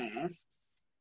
tasks